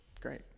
great